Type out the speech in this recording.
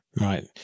Right